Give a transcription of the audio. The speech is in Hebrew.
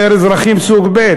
אומר: אזרחים סוג ב'.